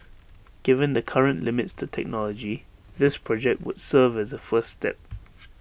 given the current limits to technology this project would serve as A first step